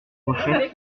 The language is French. rochet